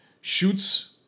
shoots